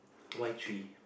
why three